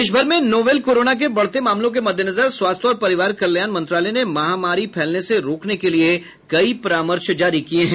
देशभर में novel corona के बढ़ते मामलों के मद्देनजर स्वास्थ्य और परिवार कल्याण मंत्रालय ने महामारी फैलने से रोकने के लिए कई परामर्श जारी किए हैं